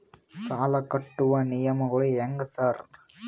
ಸಾಲ ಕಟ್ಟುವ ನಿಯಮಗಳು ಹ್ಯಾಂಗ್ ಸಾರ್?